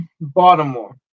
Baltimore